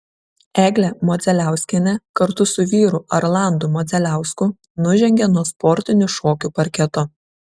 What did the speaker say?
eglė modzeliauskienė kartu su vyru arlandu modzeliausku nužengė nuo sportinių šokių parketo